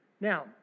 Now